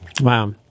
Wow